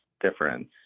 difference